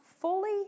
fully